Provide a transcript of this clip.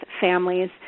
families